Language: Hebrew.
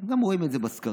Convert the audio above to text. גם רואים את זה בסקרים.